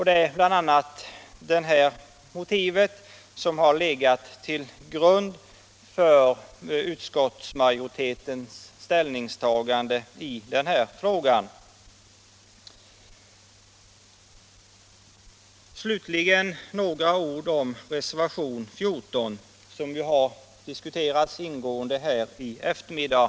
Det är bl.a. detta motiv som har legat till grund för utskottsmajoritetens uttalande i den här frågan. Herr talman! Slutligen några ord om reservationen 14 som ingående diskuterats här under eftermiddagen.